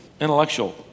intellectual